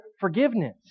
forgiveness